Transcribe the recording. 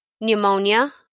pneumonia